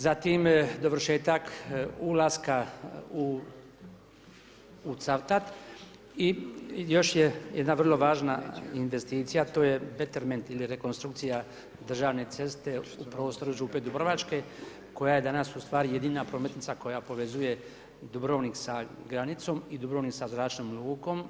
Zatim dovršetak ulaska u Cavtat i još je jedna vrlo važna investicija to je beterment ili rekonstrukcija državne ceste u prostoru Župe Dubrovačke koja je danas ustvari jedina prometnica koja povezuje Dubrovnik sa granicom i Dubrovnik sa zračnom lukom.